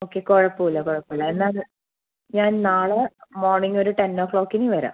okay കുഴപ്പമില്ല കുഴപ്പമില്ല എന്നാൽ ഞാൻ നാളെ മോർണിംഗ് ഒരു ടെൻ ഓ ക്ലോക്കിന് വരാം